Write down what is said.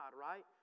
right